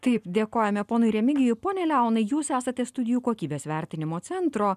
taip dėkojame ponui remigijui pone leonai jūs esate studijų kokybės vertinimo centro